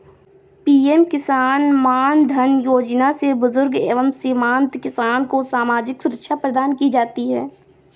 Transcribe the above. PM Kisan Maandhan Yojana से बुजुर्ग एवं सीमांत किसान को सामाजिक सुरक्षा प्रदान की जाती है